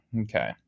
Okay